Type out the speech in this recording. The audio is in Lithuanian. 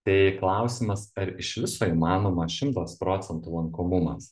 tai klausimas ar iš viso įmanoma šimtas procentų lankomumas